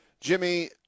Jimmy